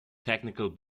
technical